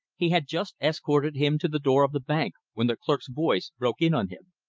he had just escorted him to the door of the bank, when the clerk's voice broke in on him.